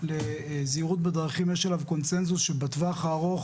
לזהירות בדרכים יש עליו קונצנזוס שבטווח הארוך